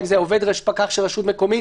האם זה פקח של רשות מקומית?